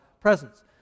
presence